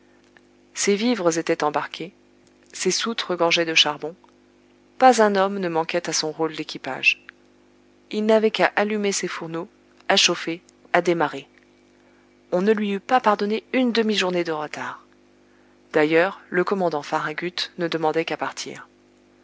ses vivres étaient embarques ses soutes regorgeaient de charbon pas un homme ne manquait à son rôle d'équipage il n'avait qu'à allumer ses fourneaux à chauffer à démarrer on ne lui eût pas pardonné une demi-journée de retard d'ailleurs le commandant farragut ne demandait qu'à partir